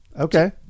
okay